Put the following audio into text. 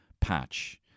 patch